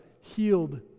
healed